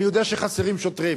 אני יודע שחסרים שוטרים,